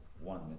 One